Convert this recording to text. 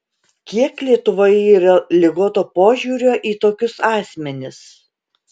kiek lietuvoje yra ligoto požiūrio į tokius asmenis